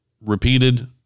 repeated